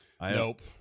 Nope